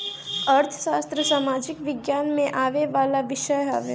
अर्थशास्त्र सामाजिक विज्ञान में आवेवाला विषय हवे